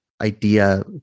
idea